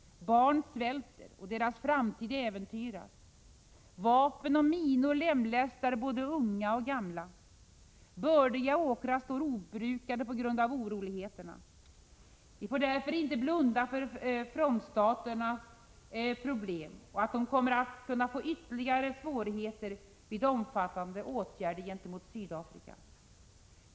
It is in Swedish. Barn svälter — och deras framtid äventyras. Vapen och minor lemlästar både unga och gamla. Bördiga åkrar står obrukade på grund av oroligheterna. Vi får därför inte blunda för frontstaternas problem och för att de kommer att kunna få ytterligare svårigheter vid omfattande åtgärder gentemot Sydafrika.